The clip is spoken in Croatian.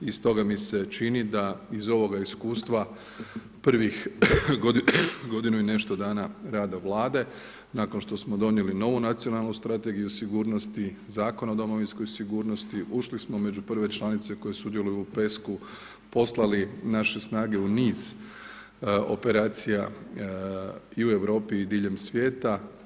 I stoga mi se čini da iz ovoga iskustva prvih godinu i nešto dana rada Vlade nakon što smo donijeli novu Nacionalnu strategiju sigurnosti, Zakon o domovinskoj sigurnosti, ušli smo među prve članice koje sudjeluju u PESCU, poslali naše snage u niz operacija i u Europi i diljem svijeta.